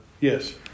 Yes